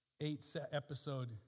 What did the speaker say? eight-episode